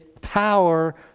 power